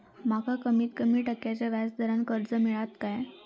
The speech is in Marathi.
माका कमीत कमी टक्क्याच्या व्याज दरान कर्ज मेलात काय?